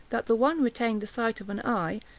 that the one retained the sight of an eye,